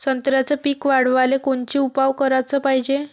संत्र्याचं पीक वाढवाले कोनचे उपाव कराच पायजे?